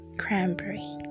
cranberry